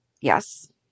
Yes